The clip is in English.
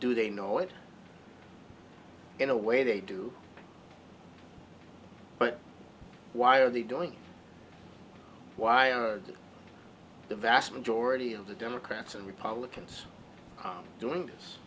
do they know it in a way they do but why are they doing why the vast majority of the democrats and republicans are doing this